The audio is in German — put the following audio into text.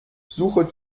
suche